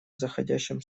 заходящим